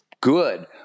good